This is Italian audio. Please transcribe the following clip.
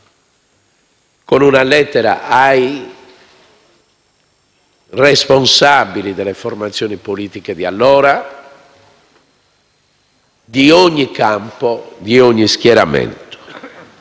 politico, ai responsabili delle formazioni politiche di allora, di ogni campo e schieramento,